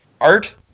Art